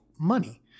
Money